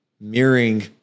Mirroring